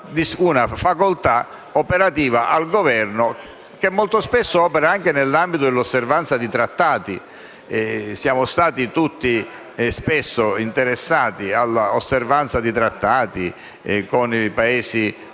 una facoltà operativa al Governo, che molto spesso opera anche nell'ambito dell'osservanza di trattati. Siamo stati tutti interessati in passato all'osservanza dei trattati con i Paesi